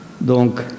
Donc